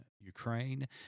Ukraine